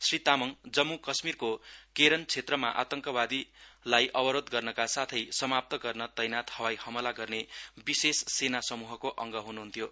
श्री तामाङ जम्मू काश्मिरको केरन क्षेत्रमा आतङवादीलाई अवरोध गर्नका साथै समाप्त गर्न तैनात हवाई हमला गर्ने विशेष सेना समूहको अंग हुनुहन्थ्यो